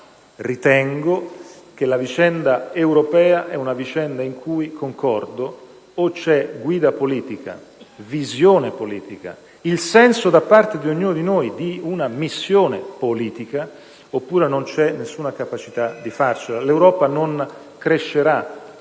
ritengo però che quella europea sia una vicenda in cui - concordo - o c'è guida politica, visione politica e il senso da parte di ognuno di noi di una missione politica, oppure non c'è nessuna possibilità di farcela. L'Europa non crescerà